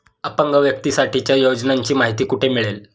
अपंग व्यक्तीसाठीच्या योजनांची माहिती कुठे मिळेल?